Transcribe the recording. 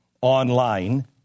online